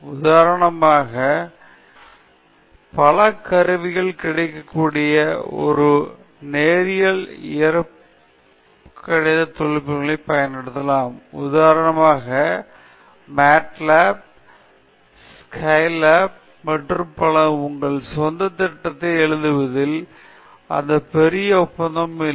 உதாரணத்திற்கு பல கருவிகள் கிடைக்கக் கூடிய நேரியல் இயற்கணித நுட்பங்களைப் பயன்படுத்தலாம் உதாரணமாக மெட்லாப் சிலாப் மற்றும் பல உங்கள் சொந்த திட்டத்தை எழுதுவதில் எந்த பெரிய ஒப்பந்தமும் இல்லை